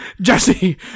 Jesse